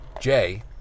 Jay